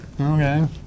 Okay